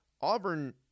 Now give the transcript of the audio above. Auburn